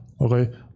Okay